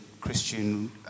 Christian